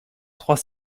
trois